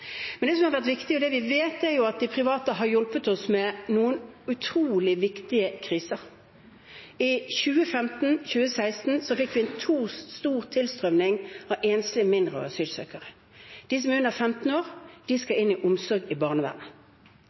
private har hjulpet oss gjennom noen utrolig viktige kriser. I 2015/2016 fikk vi en stor tilstrømning av enslige mindreårige asylsøkere. De som er under 15 år, skal inn i omsorg i barnevernet.